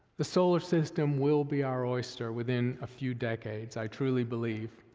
the solar system will be our oyster within a few decades, i truly believe,